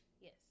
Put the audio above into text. Yes